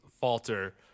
falter